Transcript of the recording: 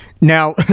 Now